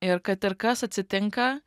ir kad ir kas atsitinka